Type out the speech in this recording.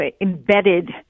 embedded